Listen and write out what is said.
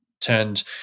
turned